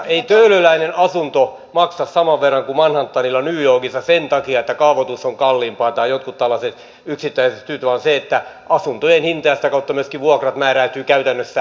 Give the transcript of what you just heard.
ei töölössä asunto maksa saman verran kuin manhattanilla new yorkissa sen takia että kaavoitus on kalliimpaa tai joidenkin tällaisten yksittäisten syiden takia vaan asuntojen hinta ja sitä kautta myöskin vuokrat määräytyvät käytännössä asuntopörssissä